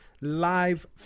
live